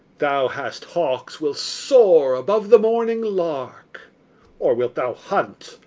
thou hast hawks will soar above the morning lark or wilt thou hunt?